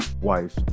wife